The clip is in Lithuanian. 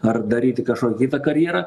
ar daryti kažkokią kitą karjerą